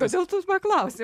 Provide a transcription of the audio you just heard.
kodėl tu paklausei